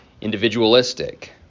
individualistic